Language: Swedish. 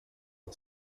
att